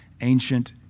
ancient